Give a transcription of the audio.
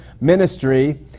Ministry